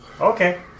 okay